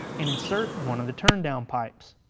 and insert one of the turndown pipes.